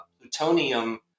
plutonium